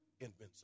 invincible